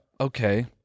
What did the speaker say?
Okay